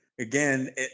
Again